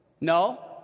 No